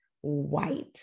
white